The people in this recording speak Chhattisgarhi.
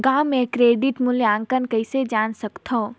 गांव म क्रेडिट मूल्यांकन कइसे जान सकथव?